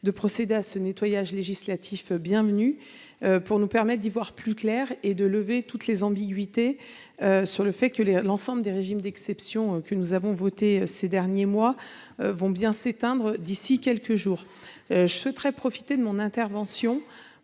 article à un nettoyage législatif bienvenu, qui nous permettra d'y voir plus clair et de lever toutes les ambiguïtés, en précisant que l'ensemble des régimes d'exception que nous avons votés ces derniers mois vont bien s'éteindre d'ici quelques jours. Je profite de mon intervention